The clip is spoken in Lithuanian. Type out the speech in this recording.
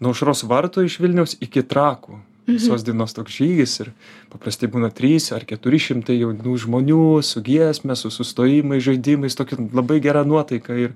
nuo aušros vartų iš vilniaus iki trakų visos dienos toks žygis ir paprastai būna trys ar keturi šimtai jaunų žmonių su giesme su sustojimais žaidimais labai gera nuotaika ir